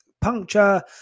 puncture